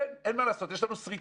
אין מה לעשות,